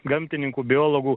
gamtininkų biologų